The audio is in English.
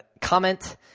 comment